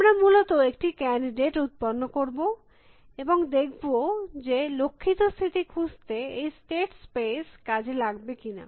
আমরা মূলত একটি ক্যানডিডেট উত্পন্ন করব এবং দেখব যে লক্ষিত স্থিতি খুঁজতে এই স্টেট স্পেস কাজে লাগবে কিনা